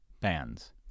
bands